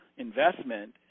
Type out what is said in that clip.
investment